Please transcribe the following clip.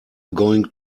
going